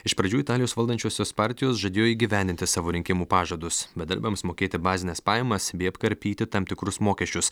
iš pradžių italijos valdančiosios partijos žadėjo įgyvendinti savo rinkimų pažadus bedarbiams mokėti bazines pajamas bei apkarpyti tam tikrus mokesčius